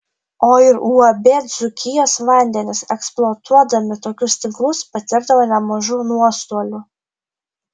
o ir uab dzūkijos vandenys eksploatuodami tokius tinklus patirdavo nemažų nuostolių